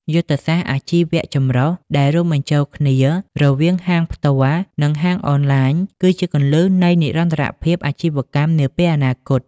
យុទ្ធសាស្ត្រអាជីវចម្រុះ ដែលរួមបញ្ចូលគ្នារវាងហាងផ្ទាល់ និងហាងអនឡាញ គឺជាគន្លឹះនៃនិរន្តរភាពអាជីវកម្មនាពេលអនាគត។